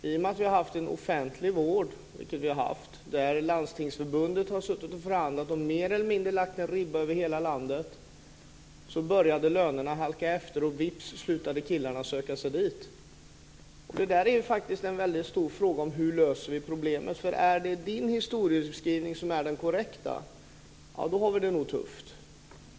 I och med att vi har haft en offentlig vård där Landstingsförbundet skött förhandlingarna och mer eller mindre lagt en ribba över hela landet så har lönerna halkat efter, och då slutade killarna att söka sig dit. Hur man löser problemet är en stor fråga. Är det Barbro Feltzings historieskrivning som är den korrekta, då har vi det nog tufft.